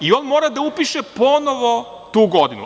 I on mora da upiše ponovo tu godinu.